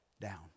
down